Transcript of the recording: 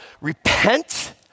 repent